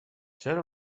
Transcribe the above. چرا